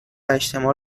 اجتماع